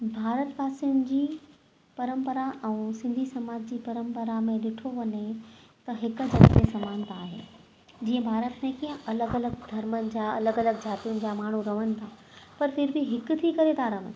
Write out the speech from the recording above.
भारत पासनि जी परम्परा ऐं सिंधी समाज जी परम्परा में ॾिठो वञे त हिकु जैसे समानता आहे जीअं भारत में कीअं अलॻि अलॻि धर्मनि जा अलॻि अलॻि जातियुनि जा माण्हू रहनि था पर फ़िर भी हिकु थी करे था रहनि